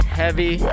heavy